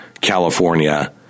California